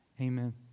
Amen